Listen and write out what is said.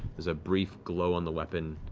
there's a brief glow on the weapon,